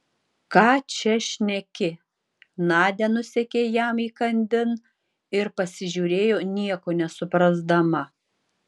ką čia šneki nadia nusekė jam įkandin ir pasižiūrėjo nieko nesuprasdama